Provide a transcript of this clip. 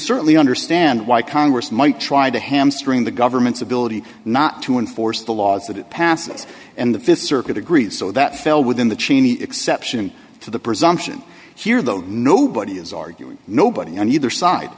certainly understand why congress might try to hamstring the government's ability not to enforce the laws that it passes and the th circuit agrees so that fell within the chain the exception to the presumption here though nobody is arguing nobody on either side